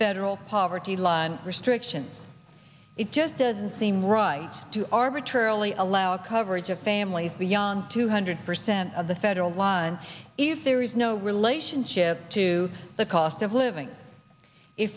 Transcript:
federal poverty line restriction it just doesn't seem right to arbitrarily allow coverage of families beyond two hundred percent of the federal line if there is no relationship to the cost of living i